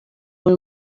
buri